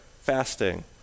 fasting